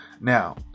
now